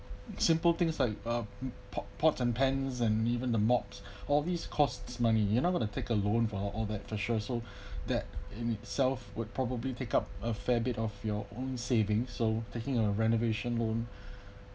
simple things like uh p~ pots and pans and even the mops all these costs money you not gonna take a loan for all that for sure so that in itself would probably pick up a fair bit of your own saving so taking a renovation loan